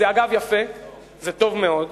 זה, אגב, יפה, זה טוב מאוד,